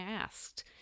asked